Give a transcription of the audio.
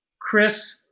Chris